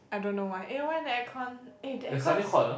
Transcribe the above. I don't know why eh why the air con eh the air con s~